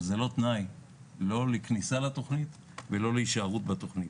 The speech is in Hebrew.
אבל זה לא תנאי לא לכניסה לתוכנית ולא להישארות בתוכנית.